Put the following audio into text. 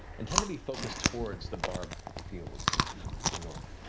and tend to be focused towards the barbed fields to the north.